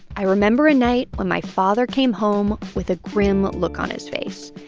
i remember a night when my father came home with a grim look on his face.